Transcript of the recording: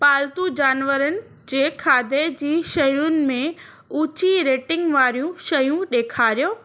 पालतू जानवरनि जे खाधे जी शयुनि में ऊची रेटिंग वारियूं शयूं ॾेखारियो